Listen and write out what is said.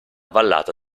vallata